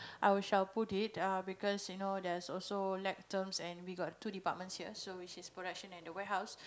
I will shall put it ah because you know there's also lack terms and we got two departments here so which is production and the warehouse